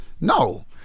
No